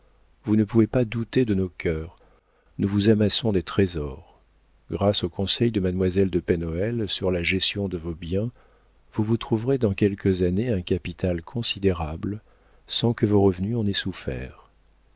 vous ne pouvez pas douter de nos cœurs nous vous amassons des trésors grâce aux conseils de mademoiselle de pen hoël sur la gestion de vos biens vous vous trouverez dans quelques années un capital considérable sans que vos revenus en aient souffert